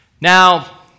Now